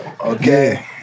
Okay